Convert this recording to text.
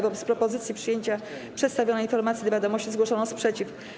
Wobec propozycji przyjęcia przedstawionej informacji do wiadomości zgłoszono sprzeciw.